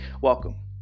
Welcome